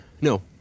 No